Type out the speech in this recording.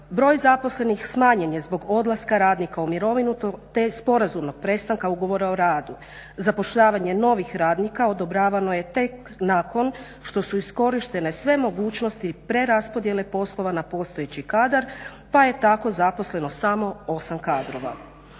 Broj zaposlenih smanjen je zbog odlaska radnika u mirovinu, te sporazumnog prestanka ugovora o radu. Zapošljavanje novih radnika odobravano je tek nakon što su iskorištene sve mogućnosti preraspodjele poslova na postojeći kadar, pa je tako zaposleno samo 8 kadrova.